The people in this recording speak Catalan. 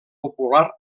popular